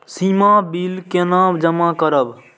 सीमा bill केना जमा करब?